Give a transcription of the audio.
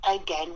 Again